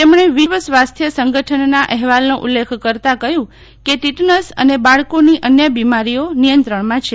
તેમણે વિશ્વ સ્વાસ્થ્ય સંગઠનના અહેવાલનો ઉલ્લેખ કરતા કહ્યું કે ટીટનેસ અને બાળકોની અન્ય બીમારીઓ નિયંત્રણમાં છે